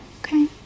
Okay